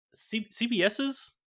CBS's